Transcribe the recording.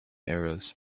errors